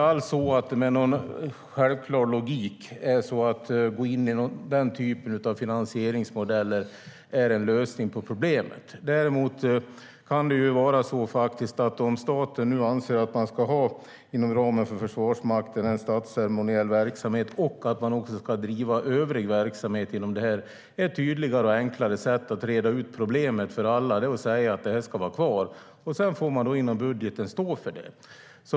Att gå in i den typen av finansieringsmodeller är inte med någon självklar logik en lösning på problemet. Men om staten nu anser att man ska ha en statsceremoniell verksamhet inom ramen för Försvarsmakten och att man också ska driva övrig verksamhet inom denna kan det däremot vara tydligare och enklare att reda ut problemet för alla genom att säga att den ska vara kvar. Sedan får man stå för det i budgeten.